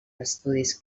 estudis